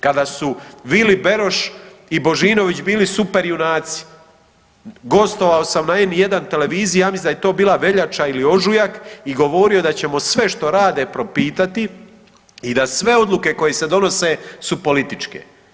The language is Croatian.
Kada su Vili Beroš i Božinović bili superjunaci, gostovao sam na N1 televiziji, ja mislim da je to bila veljača ili ožujaka i govorio da ćemo sve što rade propitati i da sve odluke koje se donose su političke.